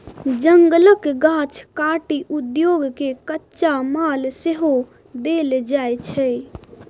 जंगलक गाछ काटि उद्योग केँ कच्चा माल सेहो देल जाइ छै